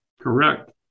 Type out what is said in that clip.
Correct